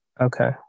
Okay